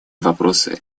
вопросы